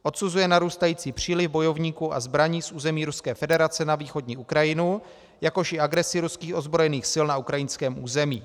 Odsuzuje narůstající příliv bojovníků a zbraní z území Ruské federace na východní Ukrajinu, jakož i agresi ruských ozbrojených sil na ukrajinském území.